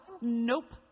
Nope